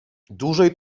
dłużej